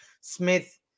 Smith